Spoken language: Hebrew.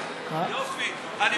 חוק כהונתם של ראשי גופים ביטחוניים,